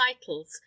titles